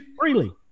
freely